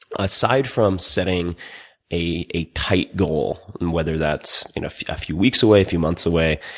aside from setting a a tight goal, and whether that's you know a few weeks away, a few months away,